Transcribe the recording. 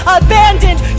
abandoned